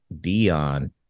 dion